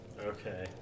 Okay